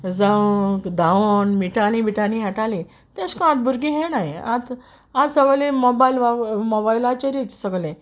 जावं धावोन मिटानी बिटानी हेटालीं तेश कोन्न आत भुरगीं हेणाय आत आत सोगळें मोबायल मेबायलाचेरीच सोगलें